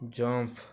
jump